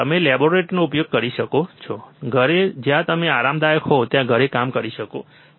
તમે લેબોરેટરીનો ઉપયોગ કરી શકો છો ઘરે જ્યાં તમે આરામદાયક હોવ ત્યાં ઘરે કામ કરી શકો છો